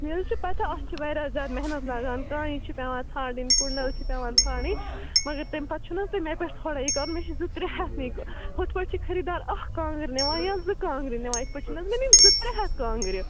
مےٚ حظ چھِ پَتہ اَتھ چھِ واریاہ زیادٕ محنت لگان کانہِ چھِ پٮ۪وان ژھانٛڈٕنۍ کُنڈَل چھِ پٮ۪وان ژھانٛڈٕنۍ مگر تَمہِ پَتہٕ چھُو نہٕ حظ تُہۍ مےٚ پٮ۪ٹھ تھوڑا یہِ کَرُن مےٚ چھِ زٕ ترٛےٚ ہَتھ ہُتھ پٲٹھۍ چھِ خریٖدار اَکھ کانٛگٕر نِوان یا زٕ کانٛگرِ نِوان یِتھ پٲٹھۍ چھِنہٕ حظ مےٚ نِنۍ زٕ ترٛےٚ ہَتھ کانٛگرِ